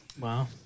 Wow